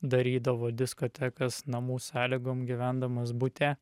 darydavo diskotekas namų sąlygom gyvendamas bute